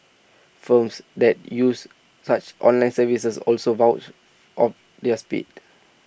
firms that use such online services also vouch of their speed